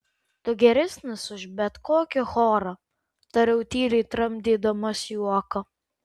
tu geresnis už bet kokį chorą tariau tyliai tramdydamas juoką